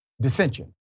dissension